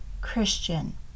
Christian